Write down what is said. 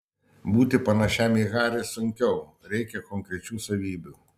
būti panašiam į harį sunkiau reikia konkrečių savybių